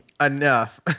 enough